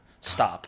Stop